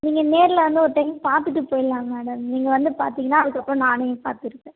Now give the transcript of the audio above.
நீங்கள் நேரில் வந்து ஒரு டைம் பார்த்துட்டு போயிடுலாம் மேடம் நீங்கள் வந்து பார்த்திங்கன்னா அதுக்கப்புறம் நானே பார்த்துருப்பேன்